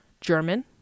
German